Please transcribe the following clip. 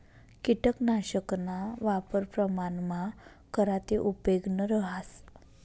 किटकनाशकना वापर प्रमाणमा करा ते उपेगनं रहास